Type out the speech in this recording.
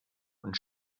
und